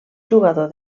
jugador